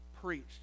preached